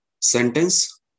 Sentence